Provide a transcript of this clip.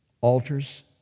Altars